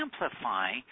amplify